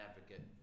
advocate